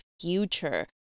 future